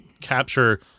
capture